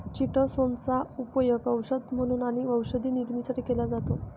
chitosan चा उपयोग औषध म्हणून आणि औषध निर्मितीसाठी केला जातो